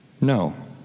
No